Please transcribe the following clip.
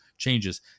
changes